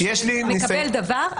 "מקבל דבר",